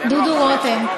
דודו רותם.